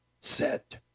Set